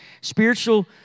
Spiritual